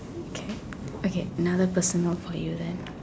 okay okay another personal for you then